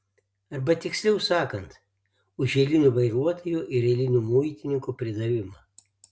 arba tiksliau sakant už eilinių vairuotojų ir eilinių muitininkų pridavimą